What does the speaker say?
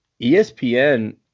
ESPN